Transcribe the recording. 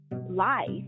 life